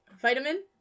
vitamin